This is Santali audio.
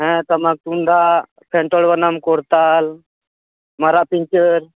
ᱦᱮᱸ ᱴᱟᱢᱟᱠ ᱛᱩᱢᱫᱟᱜ ᱯᱷᱮᱱᱴᱚᱲ ᱵᱟᱱᱟᱢ ᱠᱚᱨᱛᱟᱞ ᱢᱟᱨᱟᱜ ᱯᱤᱧᱪᱟ ᱨ